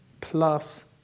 plus